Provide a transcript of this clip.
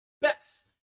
best